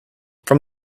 from